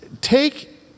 Take